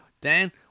Dan